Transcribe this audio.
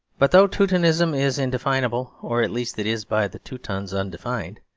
but though teutonism is indefinable, or at least is by the teutons undefined,